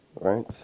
right